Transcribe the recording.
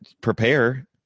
prepare